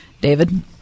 David